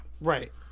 Right